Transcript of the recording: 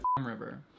river